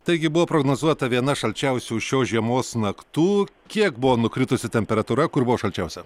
taigi buvo prognozuota viena šalčiausių šios žiemos naktų kiek buvo nukritusi temperatūra kur buvo šalčiausia